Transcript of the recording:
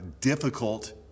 difficult